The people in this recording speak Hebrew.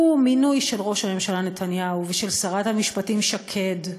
הוא מינוי של ראש הממשלה נתניהו ושל שרת המשפטים שקד,